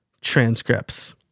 transcripts